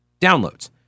downloads